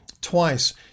twice